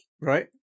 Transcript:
Right